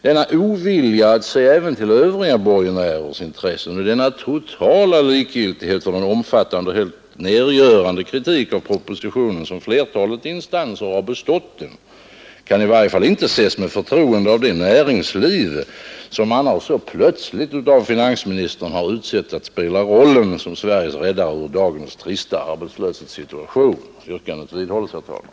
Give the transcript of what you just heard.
Denna ovilja att se även till övriga borgenärers intressen och denna totala likgiltighet för den omfattande och helt nedgörande kritik av propositionen som flertalet instanser har bestått den, kan i varje fall inte ses med förtroende av det näringsliv som annars så plötsligt av finansministern har utsetts att spela rollen som Sveriges räddare ur dagens trista arbetslöshetssituation. Yrkandet vidhålles, herr talman!